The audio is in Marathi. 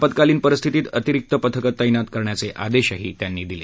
आपत्कालीन परिस्थितीत अतिरिक्त पथकं तैनात करण्याचे आदेशही त्यांनी दिले